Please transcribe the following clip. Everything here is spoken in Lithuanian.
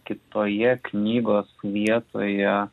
kitoje knygos vietoje